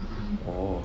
orh